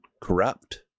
corrupt